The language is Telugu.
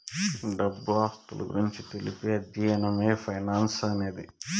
డబ్బు ఆస్తుల గురించి తెలిపే అధ్యయనమే ఫైనాన్స్ అనేది